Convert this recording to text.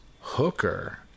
hooker